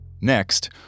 Next